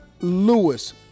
Lewis